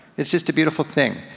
it's just a beautiful thing.